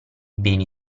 beni